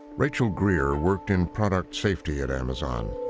rachel greer worked in product safety at amazon,